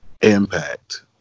Impact